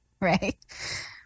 right